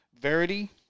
Verity